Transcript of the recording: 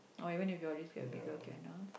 oh even if your wrist get bigger can ah